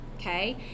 okay